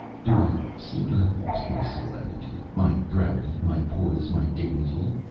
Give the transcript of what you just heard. do i seem to have lost my solemnity, my gravity, my poise, my dignity?